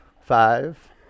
Five